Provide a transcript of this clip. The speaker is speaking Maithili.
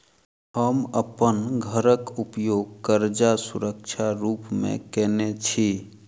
हम अप्पन घरक उपयोग करजाक सुरक्षा रूप मेँ केने छी